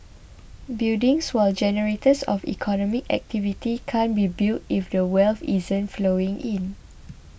buildings while generators of economic activity can't be built if the wealth isn't flowing in